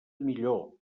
millor